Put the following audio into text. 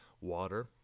water